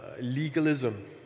legalism